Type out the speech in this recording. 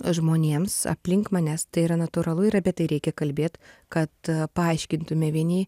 žmonėms aplink manęs tai yra natūralu ir apie tai reikia kalbėt kad paaiškintume vieni